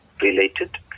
related